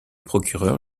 procureur